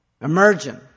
emergent